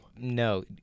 no